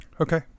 Okay